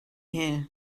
here